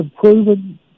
proven